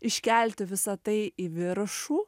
iškelti visa tai į viršų